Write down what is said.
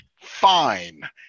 Fine